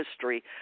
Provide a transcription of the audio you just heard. history